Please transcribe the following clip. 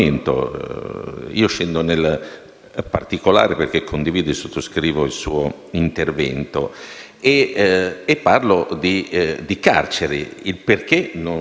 particolare, perché condivido e sottoscrivo il suo intervento, per sapere perché non si costruiscono le carceri.